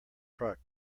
truck